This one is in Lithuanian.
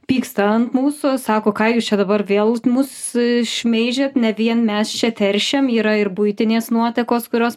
pyksta ant mūsų sako ką jūs čia dabar vėl mus šmeižiat ne vien mes čia teršiam yra ir buitinės nuotekos kurios